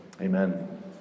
amen